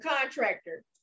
contractor